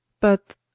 But